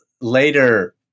later